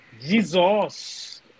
Jesus